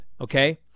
okay